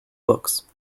books